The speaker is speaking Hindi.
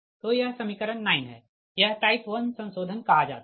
तो यह समीकरण 9 है यह टाइप 1 संशोधन कहा जाता है